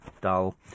dull